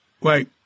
wait